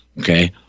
Okay